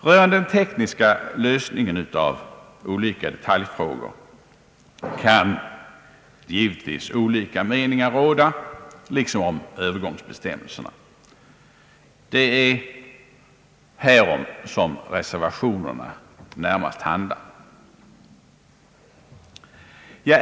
Rörande den tekniska lösningen av olika detaljfrågor kan givetvis olika meningar råda, liksom om övergångsbestämmelserna. Det är närmast härom som reservationerna handlar.